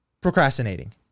procrastinating